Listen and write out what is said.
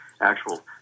actual